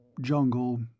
jungle